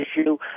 issue